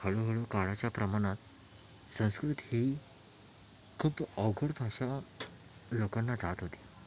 हळूहळू काळाच्या प्रमाणात संस्कृत ही खूप अवघड भाषा लोकांना जात होती